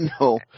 No